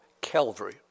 Calvary